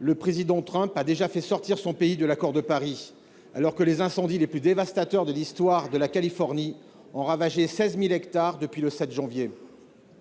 Le président Trump a déjà fait sortir son pays de l’accord de Paris, alors que les incendies les plus dévastateurs de l’histoire de la Californie ont ravagé 16 000 hectares depuis le 7 janvier